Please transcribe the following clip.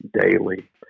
daily